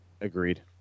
Agreed